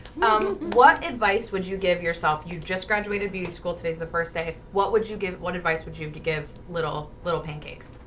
um, what advice would you give yourself? you just graduated beauty school? today's the first day. what would you give what advice would you give little little pancakes?